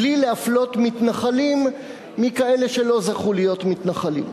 בלי להפלות מתנחלים מכאלה שלא זכו להיות מתנחלים.